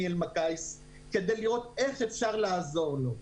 אלמקייס כדי לראות איך אפשר לעזור לו.